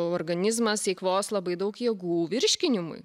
organizmas eikvos labai daug jėgų virškinimui